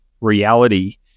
reality